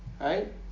Right